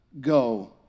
go